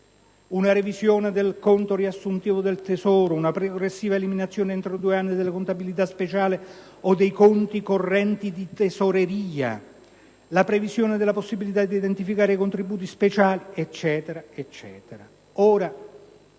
la revisione del conto riassuntivo del Tesoro; la progressiva eliminazione, entro due anni, delle contabilità speciali o dei conti correnti di tesoreria; la previsione della possibilità di identificare contributi speciali, ed